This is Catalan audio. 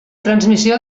transmissió